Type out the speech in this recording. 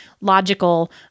logical